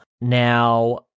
Now